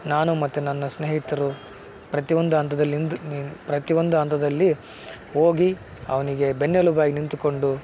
ನಾನು ಮತ್ತು ನನ್ನ ಸ್ನೇಹಿತರು ಪ್ರತಿಯೊಂದು ಹಂತದಲ್ ನಿಂದು ನೀ ಪ್ರತಿಯೊಂದು ಹಂತದಲ್ಲಿ ಹೋಗಿ ಅವನಿಗೆ ಬೆನ್ನೆಲುಬಾಗಿ ನಿಂತುಕೊಂಡು